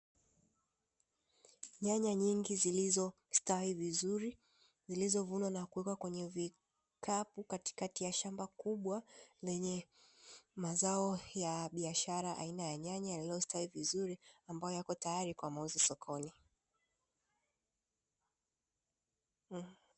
Nyanya nyingi zilizostawi vizuri zilizovunwa na kuwekwa kwenye vikapu katikati ya shamba kubwa lenye mazao ya biashara, aina ya nyanya yaliyostawi vizuri ambayo yako tayari kwa mauzo sokoni.